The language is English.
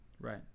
Right